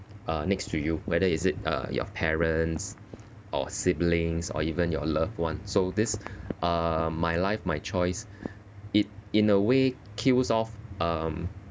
uh next to you whether is it uh your parents or siblings or even your loved one so this uh my life my choice it in a way kills off um